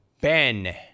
Ben